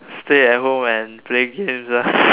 stay at home and play games ah